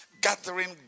gathering